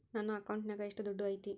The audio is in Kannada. ನನ್ನ ಅಕೌಂಟಿನಾಗ ಎಷ್ಟು ದುಡ್ಡು ಐತಿ?